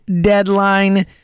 Deadline